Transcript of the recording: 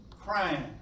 crying